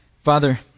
Father